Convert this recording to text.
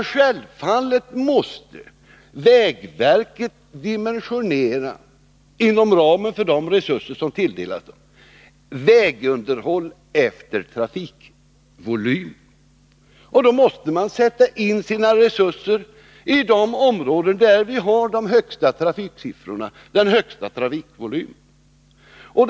Jo, självfallet måste vägverket dimensionera, inom ramen för de resurser som tilldelats, vägunderhåll efter trafikvolymen. Man måste sätta in sina resurser i de områden där man har den högsta trafikvolymen.